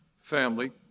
family